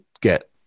get